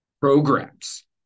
programs